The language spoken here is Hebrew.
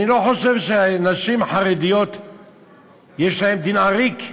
אני לא חושב שנשים חרדיות יש להן דין עריק,